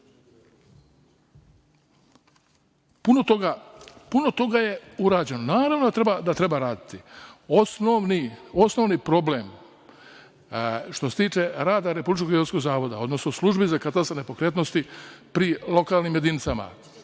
toga je urađeno. Naravno da treba raditi. Osnovni problem što se tiče rada Republičkog geodetskog zavoda, odnosno službi za katastar nepokretnosti po lokalnim jedinicama,